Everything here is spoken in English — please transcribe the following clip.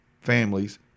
families